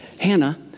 Hannah